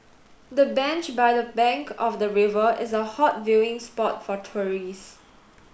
the bench by the bank of the river is a hot viewing spot for tourists